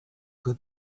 got